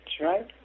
right